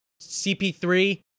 CP3